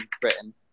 Britain